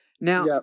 Now